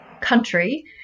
country